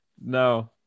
No